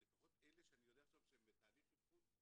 לפחות אלה שאני יודע עכשיו שהם בתהליך אבחון,